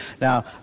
Now